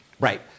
Right